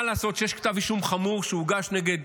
מה לעשות שיש כתב אישום חמור שהוגש נגד